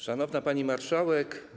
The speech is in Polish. Szanowna Pani Marszałek!